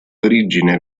origine